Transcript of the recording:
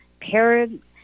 parents